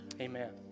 amen